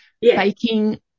Baking